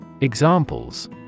Examples